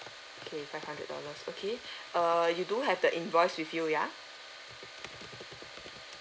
K five hundred dollars okay err you do have the invoice with you yeah